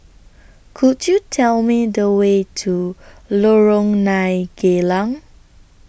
Could YOU Tell Me The Way to Lorong nine Geylang